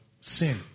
sin